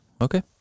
Okay